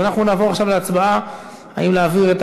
אנחנו נעבור עכשיו להצבעה אם להעביר את